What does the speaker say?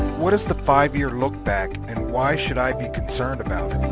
what is the five year look back, and why should i be concerned about